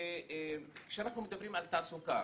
כשאנחנו מדברים על תעסוקה,